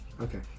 Okay